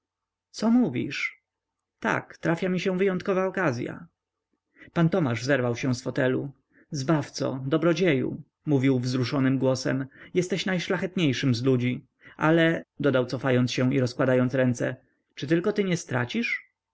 co mówisz tak trafia mi się wyjątkowa okazya pan tomasz zerwał się z fotelu zbawco dobrodzieju mówił wzruszonym głosem jesteś najszlachetniejszym z ludzi ale dodał cofając się i rozkładając ręce czy tylko ty nie stracisz